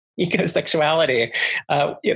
ecosexuality